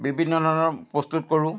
বিভিন্ন ধৰণৰ প্ৰস্তুত কৰোঁ